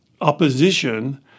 opposition